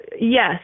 Yes